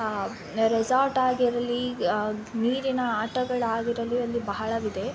resort ಆಗಿರಲಿ ನೀರಿನ ಆಟಗಳಾಗಿರಲಿ ಅಲ್ಲಿ ಬಹಳವಿದೆ